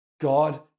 God